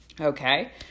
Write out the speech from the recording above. Okay